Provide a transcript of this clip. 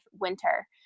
winter